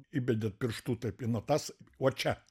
įbedė pirštu taip į natas uo čia